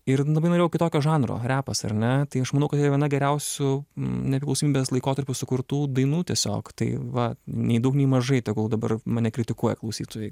ir labai norėjau kitokio žanro repas ar ne tai aš manau kad viena geriausių nepriklausomybės laikotarpiu sukurtų dainų tiesiog tai va nei daug nei mažai tegul dabar mane kritikuoja klausytojai